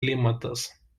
klimatas